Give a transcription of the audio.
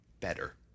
better